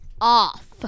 off